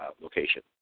location